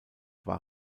war